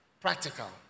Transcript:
practical